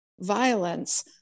violence